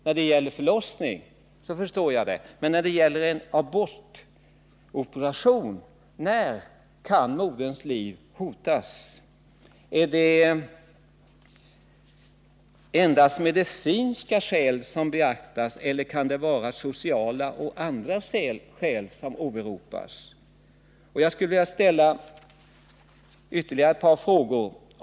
Jag förstår att moderns liv kan vara hotat i samband med en förlossning, men när kan moderns liv hotas då det gäller en abort? Är det endast medicinska skäl som beaktas, eller kan också sociala och andra skäl åberopas? Jag skulle vilja ställa ytterligare ett par frågor.